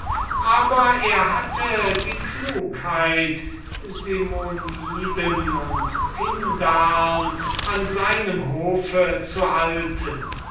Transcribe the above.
wären aber er hatte die klugheit simoniden und pindare an seinem hofe zu halten